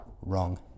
wrong